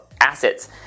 assets